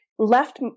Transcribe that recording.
Left